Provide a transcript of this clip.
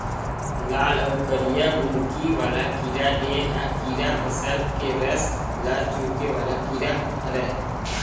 लाल अउ करिया बुंदकी वाला कीरा ए ह कीरा फसल के रस ल चूंहके वाला कीरा हरय